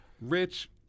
Rich